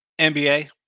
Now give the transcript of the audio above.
NBA